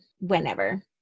whenever